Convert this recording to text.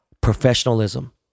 professionalism